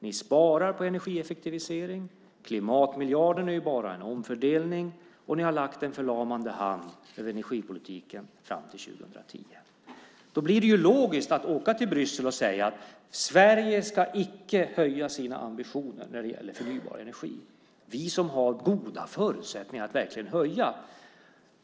Ni sparar på energieffektivisering, klimatmiljarden är bara en omfördelning och ni har lagt en förlamande hand över energipolitiken fram till 2010. Då blir det ju logiskt att åka till Bryssel och säga att Sverige icke ska höja sina ambitioner när det gäller förnybar energi - vi som har goda förutsättningar att verkligen höja.